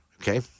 okay